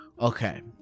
Okay